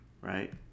right